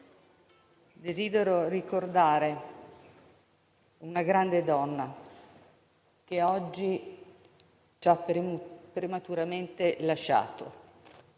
desidero ricordare una grande donna che oggi ci ha prematuramente lasciato: